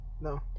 No